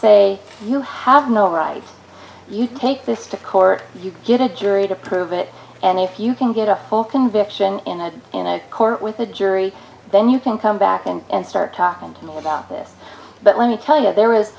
say you have no rights you take this to court you get a jury to prove it and if you can get a full conviction in a court with a jury then you can come back in and start talking about this but let me tell you there